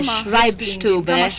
Schreibstube